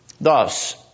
Thus